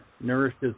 nourishes